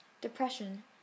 Depression